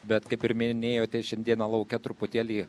bet kaip ir minėjote šiandieną lauke truputėlį